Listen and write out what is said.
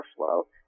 overflow